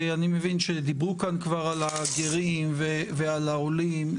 אני מבין שדיברו כאן כבר על הגירים ועל העולים,